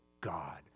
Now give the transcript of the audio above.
God